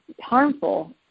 harmful